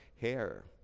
hair